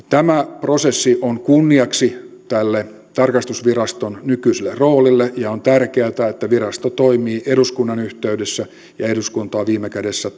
tämä prosessi on kunniaksi tälle tarkastusviraston nykyiselle roolille ja on tärkeätä että virasto toimii eduskunnan yhteydessä ja eduskunta on viime kädessä